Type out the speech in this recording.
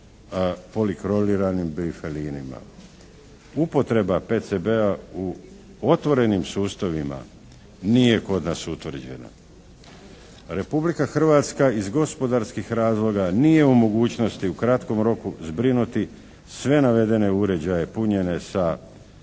polikloriranim bifenilima. Upotreba PCB-a u otvorenim sustavima nije kod nas utvrđena. Republika Hrvatska iz gospodarskih razloga nije u mogućnosti u kratkom roku zbrinuti sve navedene uređaje punjene sa